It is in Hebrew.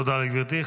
תודה לגברתי.